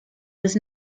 was